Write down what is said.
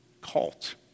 cult